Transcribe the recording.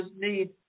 need